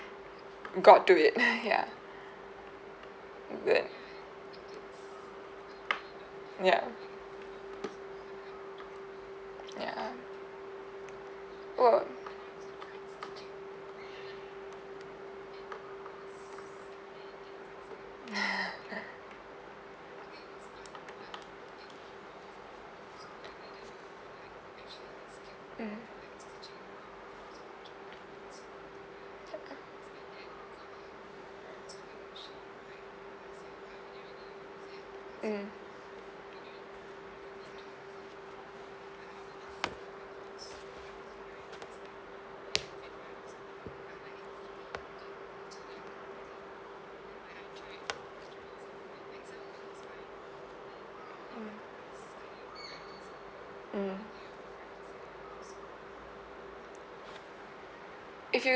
got to it ya then ya ya oh mmhmm mm mm mm if you